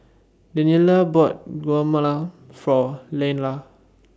Daniele bought Guacamole For Leyla